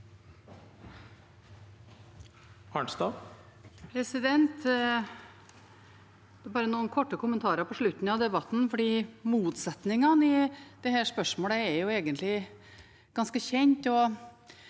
Jeg har bare noen korte kommentarer på slutten av debatten, for motsetningene i dette spørsmålet er egentlig ganske kjent